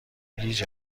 گیج